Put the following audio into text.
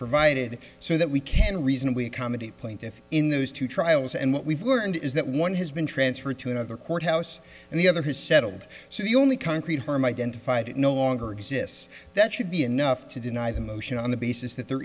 provided so that we can reasonably accommodate plaintiffs in those two trials and what we've learned is that one has been transferred to another courthouse and the other has settled so the only concrete harm identified it no longer exists that should be enough to deny the motion on the basis that there